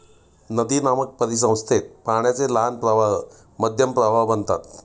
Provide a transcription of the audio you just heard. नदीनामक परिसंस्थेत पाण्याचे लहान प्रवाह मध्यम प्रवाह बनतात